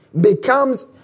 becomes